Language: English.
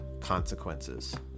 consequences